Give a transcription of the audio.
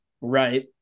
right